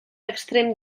extrem